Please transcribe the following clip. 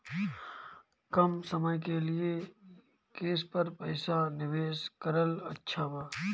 कम समय के लिए केस पर पईसा निवेश करल अच्छा बा?